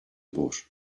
boat